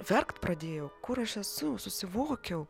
verkt pradėjau kur aš esu susivokiau